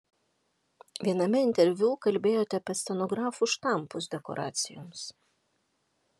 viename interviu kalbėjote apie scenografų štampus dekoracijoms